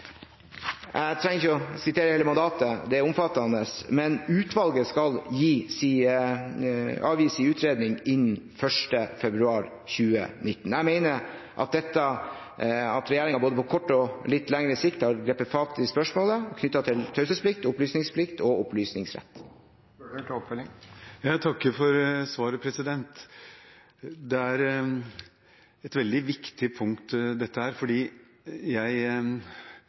Jeg trenger ikke å sitere hele mandatet, det er omfattende. Utvalget skal avgi sin utredning innen 1. februar 2019. Jeg mener regjeringen på både kort og på litt lengre sikt har grepet fatt i spørsmålet knyttet til taushetsplikt, opplysningsplikt og opplysningsrett. Jeg takker for svaret. Dette er et veldig viktig punkt,